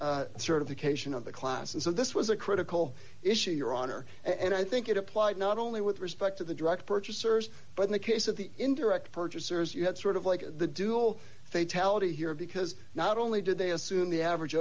doom certification of the class and so this was a critical issue your honor and i think it applied not only with respect to the direct purchasers but in the case of the indirect purchasers you had sort of like the dual they tallaght here because not only did they assume the average